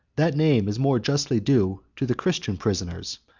that name is more justly due to the christian prisoners,